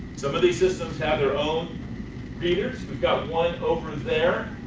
some of these systems have their own readers we've got one over there,